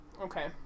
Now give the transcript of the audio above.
Okay